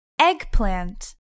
Eggplant